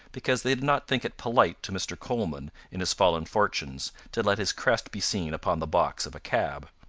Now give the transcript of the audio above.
because they did not think it polite to mr. coleman in his fallen fortunes to let his crest be seen upon the box of a cab.